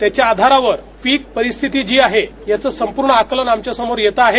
त्याच्या आधारावर पीक परिस्थिती जी आहे याचे संपूर्ण आकालन आमच्या समोर येत आहे